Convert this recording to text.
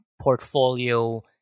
portfolio